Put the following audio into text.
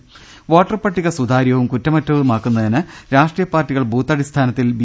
രംഭട്ടിട്ടുള വോട്ടർപട്ടിക സുതാര്യവും കുറ്റമറ്റതുമാക്കുന്നതിന് രാഷ്ട്രീയ പാർട്ടി കൾ ബൂത്ത് അടിസ്ഥാനത്തിൽ ബി